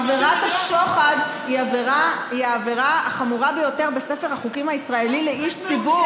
עבירת השוחד היא העבירה החמורה ביותר בספר החוקים הישראלי לאיש ציבור.